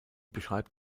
beschreibt